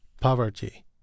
poverty